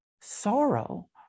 sorrow